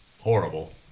Horrible